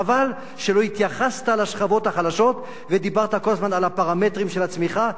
חבל שלא התייחסת לשכבות החלשות ודיברת כל הזמן על הפרמטרים של הצמיחה.